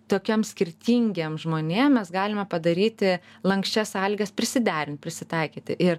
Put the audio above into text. tokiem skirtingiem žmonėm mes galime padaryti lanksčias sąlygas prisiderint prisitaikyti ir